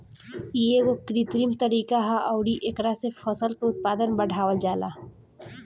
इ एगो कृत्रिम तरीका ह अउरी एकरा से फसल के उत्पादन बढ़ावल जाला